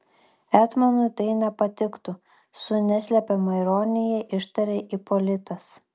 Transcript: etmonui tai nepatiktų su neslepiama ironija ištarė ipolitas